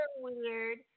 weird